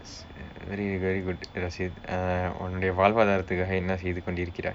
very very good rashid uh உன் வாழ் வாதாரத்திற்கு என்ன செய்து கொண்டிருகிறாய்:un vaazh vaathaaraththirkku enna seythu kondirukkiraai